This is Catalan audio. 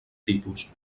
tipus